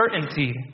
certainty